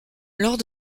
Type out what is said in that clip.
lors